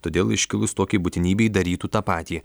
todėl iškilus tokiai būtinybei darytų tą patį